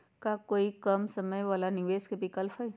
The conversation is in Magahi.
का कोई कम समय वाला निवेस के विकल्प हई?